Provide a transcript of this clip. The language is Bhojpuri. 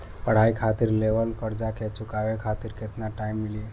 पढ़ाई खातिर लेवल कर्जा के चुकावे खातिर केतना टाइम मिली?